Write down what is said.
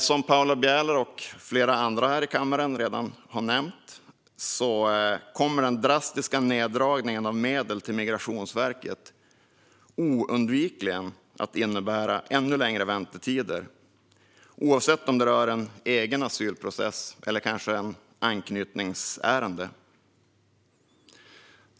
Som Paula Bieler och flera andra här i kammaren redan har nämnt kommer den drastiska neddragningen av medel till Migrationsverket oundvikligen att innebära ännu längre väntetider, oavsett om det rör en egen asylprocess eller ett anknytningsärende.